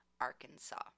Arkansas